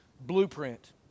blueprint